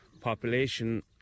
population